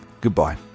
goodbye